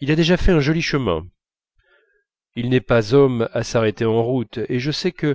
il a déjà fait un joli chemin il n'est pas homme à s'arrêter en route et je sais que